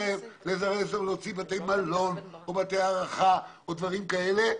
להוציא בתי מלון או בתי הארחה ודברים כאלה.